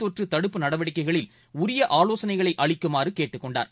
தொற்றுதடுப்பு நடவடிக்கைகளில் உரியஆலோசனைகளைஅளிக்குமாறுகேட்டுக் கொண்டார்